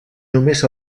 només